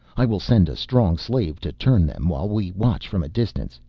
i will send a strong slave to turn them while we watch from a distance,